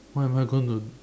what am I going to